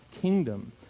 kingdom